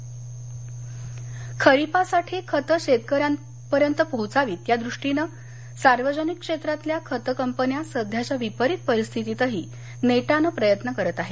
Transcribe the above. खत खरिपासाठी खतं शेतकऱ्यांपर्यंत पोहोचावी यासाठी सार्वजनिक क्षेत्रातल्या खत कंपन्या सध्याच्या विपरित परिस्थितीतही नेटानं प्रयत्न करत आहेत